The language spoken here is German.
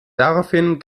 daraufhin